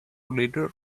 liters